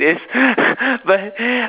but